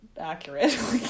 accurate